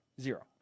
Zero